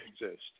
exist